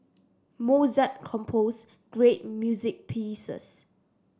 Mozart composed great music pieces